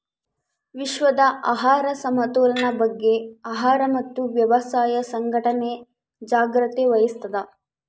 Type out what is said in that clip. ವಿಶ್ವದ ಆಹಾರ ಸಮತೋಲನ ಬಗ್ಗೆ ಆಹಾರ ಮತ್ತು ವ್ಯವಸಾಯ ಸಂಘಟನೆ ಜಾಗ್ರತೆ ವಹಿಸ್ತಾದ